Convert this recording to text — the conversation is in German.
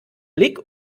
blick